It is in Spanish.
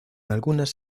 algunas